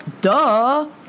Duh